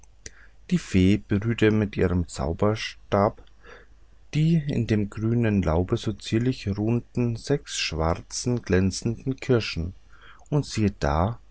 die fee berührte mit ihrem zauberstäbchen die in dem grünen laube so zierlich ruhenden sechs schwarzen glänzenden kirschen und siehe da